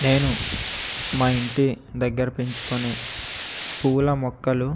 నేను మా ఇంటి దగ్గర పెంచుకునే పూల మొక్కలు